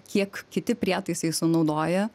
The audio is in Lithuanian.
kiek kiti prietaisai sunaudoja